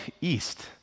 east